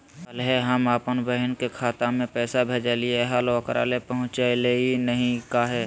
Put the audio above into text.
कल्हे हम अपन बहिन के खाता में पैसा भेजलिए हल, ओकरा ही पहुँचलई नई काहे?